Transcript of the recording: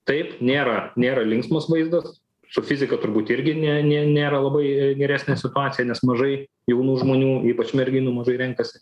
taip nėra nėra linksmas vaizdas su fizika turbūt irgi ne ne nėra labai geresnė situacija nes mažai jaunų žmonių ypač merginų mažai renkasi